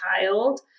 child